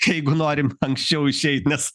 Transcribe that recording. jeigu norim anksčiau išeit nes